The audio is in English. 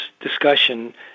discussion